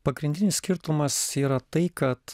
pagrindinis skirtumas yra tai kad